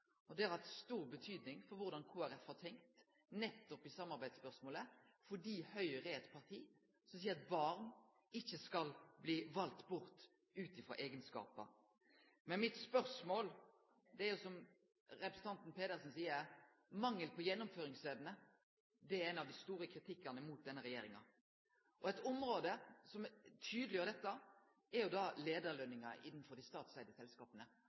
tid. Det har hatt stor betydning for korleis Kristeleg Folkeparti har tenkt i samarbeidsspørsmålet, for Høgre er eit parti som seier at barn ikkje skal bli valde bort ut frå eigenskapar. Det er, som representanten Pedersen seier, ein mangel på gjennomføringsevne som er noko av den store kritikken mot denne regjeringa. Eitt område som tydeleggjer dette, er leiarlønningane innanfor dei statseigde selskapa